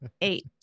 eight